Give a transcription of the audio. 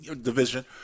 division